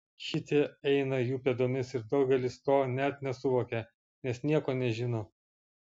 šitie eina jų pėdomis ir daugelis to net nesuvokia nes nieko nežino